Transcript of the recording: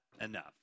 enough